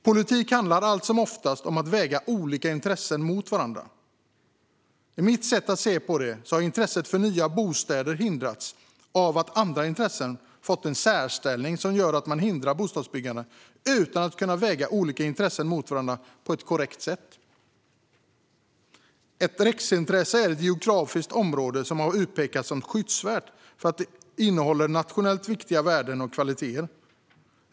Politik handlar allt som oftast om att väga olika intressen mot varandra. Enligt mitt sätt att se på det har intresset för nya bostäder hindrats av att andra intressen fått en särställning som gör att de hindrar bostadsbyggande utan att vi kan väga olika intressen mot varandra på ett korrekt sätt. Ett riksintresse är ett geografiskt område som har utpekats som skyddsvärt för att det innehåller nationellt viktiga värden och kvaliteter.